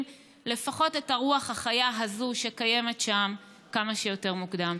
לפחות את הרוח החיה הזאת שקיימת שם כמה שיותר מוקדם.